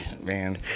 Man